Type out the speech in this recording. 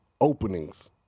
openings